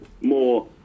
more